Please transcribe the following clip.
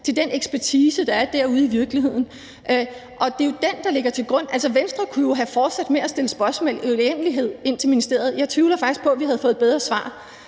til den ekspertise, der er derude i virkeligheden. Og det er jo den, der ligger til grund for det. Altså, Venstre kunne jo have fortsat med at stille spørgsmål i en uendelighed til ministeriet, men jeg tvivler faktisk på, at vi havde fået bedre svar